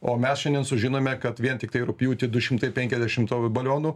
o mes šiandien sužinome kad vien tiktai rugpjūtį du šimtai penkiasdešimt oro balionų